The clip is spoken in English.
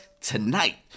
tonight